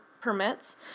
permits